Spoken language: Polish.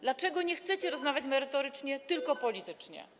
Dlaczego nie chcecie rozmawiać merytorycznie, tylko politycznie?